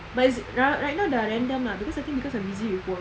but right now dah random lah because I think because I'm busy with work